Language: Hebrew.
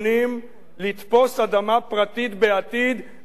לתפוס אדמה פרטית בעתיד בשיטת "מצליח",